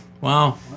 wow